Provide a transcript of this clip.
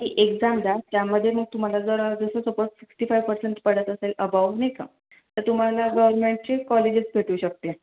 ती एक्झाम द्या त्यामध्ये मग तुम्हाला जर जसं सुपर सिक्सटी फाईव्ह पर्सेंट पडत असेल अबोव नाही का तर तुम्हाला गोर्मेन्टची कॉलेजेस भेटू शकते